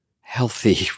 healthy